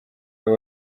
baba